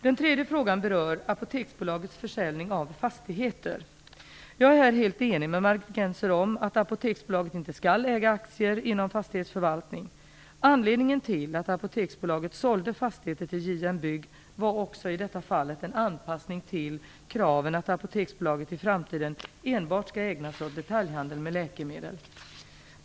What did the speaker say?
Den tredje frågan berör Apoteksbolagets försäljning av fastigheter. Jag är här helt enig med Margit Gennser om att Apoteksbolaget inte skall äga aktier inom fastighetsförvaltning. Anledningen till att Apoteksbolaget sålde fastigheter till JM Bygg var också i detta fall en anpassning till kraven att Apoteksbolaget i framtiden enbart skall ägna sig åt detaljhandel med läkemedel.